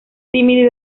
tímido